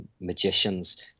magicians